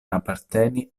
aparteni